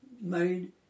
made